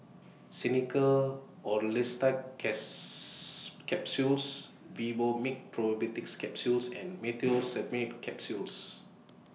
Xenical Orlistat Capsules Vivomixx Probiotics Capsule and Meteospasmyl Simeticone Capsules